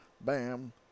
Bam